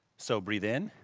so breathe in.